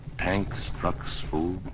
tanks, trucks, food,